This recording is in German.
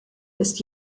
ist